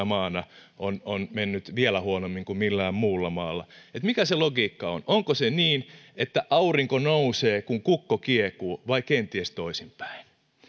maana on on mennyt vielä huonommin kuin millään muulla maalla mikä se logiikka on onko se niin että aurinko nousee kun kukko kiekuu vai kenties toisinpäin